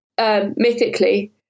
Mythically